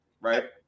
right